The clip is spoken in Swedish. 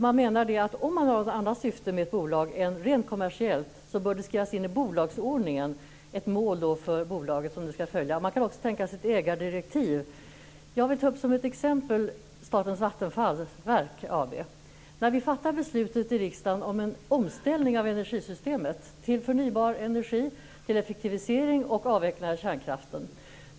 Man menar att om syftet med ett bolag är något annat än rent kommersiellt så bör det i bolagsordningen skrivas in ett mål för bolaget att följa. Man kan också tänka sig ett ägardirektiv. Jag vill som exempel ta upp Vattenfall AB. Riksdagen har ju fattat beslut om en omställning av energisystemet genom förnybar energi, effektivisering och avveckling av kärnkraften.